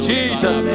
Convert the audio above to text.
Jesus